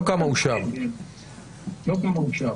לא כמה אושר.